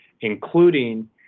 including